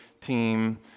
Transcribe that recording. team